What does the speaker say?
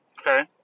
Okay